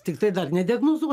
tiktai dar nediagnozuo